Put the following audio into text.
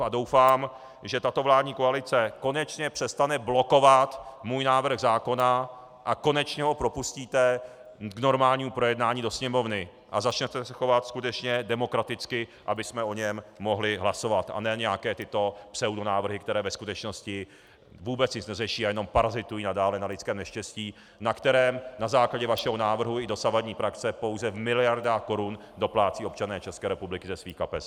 A doufám, že tato vládní koalice konečně přestane blokovat můj návrh zákona a konečně ho propustí k normálnímu projednání do sněmovny a začne se chovat skutečně demokraticky, abychom o něm mohli hlasovat, a ne nějaké tyto pseudonávrhy, které ve skutečnosti vůbec nic neřeší a jenom parazitují nadále na lidském neštěstí, na které na základě vašeho návrhu i dosavadní praxe pouze v miliardách korun doplácejí občané České republiky ze svých kapes.